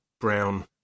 brown